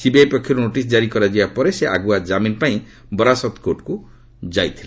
CBI ପକ୍ଷରୁ notice ଜାରି କରାଯିବା ପରେ ସେ ଆଗୁଆ ଜାମିନ୍ ପାଇଁ ବରାସତ୍ କୋର୍ଟକୁ ଯାଇଥିଲେ